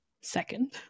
second